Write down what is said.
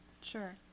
Sure